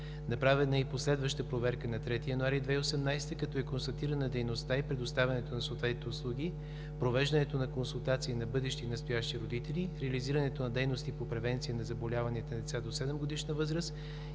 Направена е и последваща проверка на 3 януари 2018 г., като е констатирана дейността и предоставянето на съответните услуги, провеждането на консултации на бъдещи и настоящи родители, реализирането на дейности по превенция на заболяванията на деца до седемгодишна възраст,